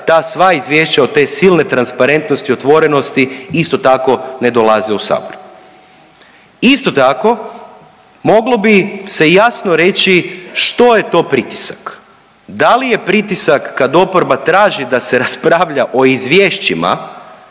ta sva izvješća od te silne transparentnosti i otvorenosti isto tako ne dolaze u Sabor. Isto tako, moglo bi se jasno reći što je to pritisak. Da li je pritisak kad oporba traži da se raspravlja o izvješćima